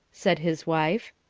said his wife.